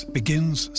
begins